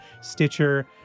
Stitcher